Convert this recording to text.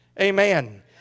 Amen